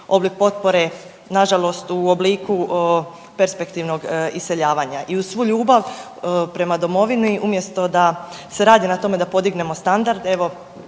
oblik potpore nažalost u obliku perspektivnog iseljavanja i uz svu ljubav prema domovini umjesto da se radi na tome da podignemo standard evo